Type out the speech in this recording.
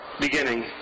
beginning